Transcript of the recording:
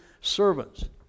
servants